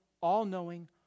all-knowing